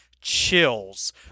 chills